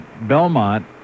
Belmont